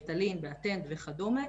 ריטלין וכדומה,